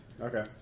Okay